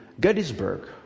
Gettysburg